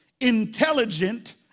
intelligent